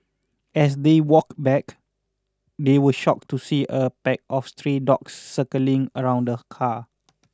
as they walked back they were shocked to see a pack of stray dogs circling around the car